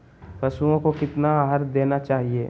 पशुओं को कितना आहार देना चाहि?